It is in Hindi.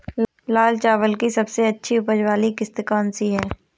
लाल चावल की सबसे अच्छी उपज वाली किश्त कौन सी है?